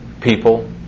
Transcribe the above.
people